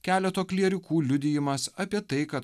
keleto klierikų liudijimas apie tai kad